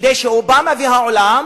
כדי שכלפי אובמה והעולם